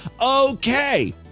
Okay